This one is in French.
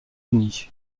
unis